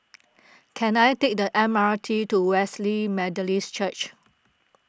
can I take the M R T to Wesley Methodist Church